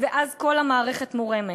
ואז כל המערכת מורמת.